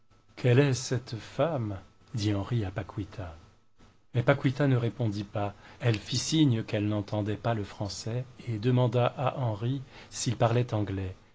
quelle est cette femme dit henri à paquita mais paquita ne répondit pas elle fit signe qu'elle n'entendait pas le français et demanda à henri s'il parlait anglais